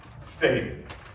stated